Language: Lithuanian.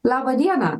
laba diena